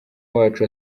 wacu